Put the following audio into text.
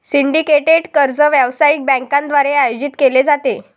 syndicated कर्ज व्यावसायिक बँकांद्वारे आयोजित केले जाते